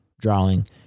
drawing